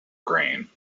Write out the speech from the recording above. grain